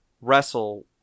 wrestle